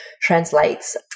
translates